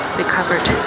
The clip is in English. recovered